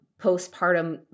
postpartum